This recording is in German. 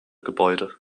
gebäude